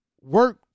work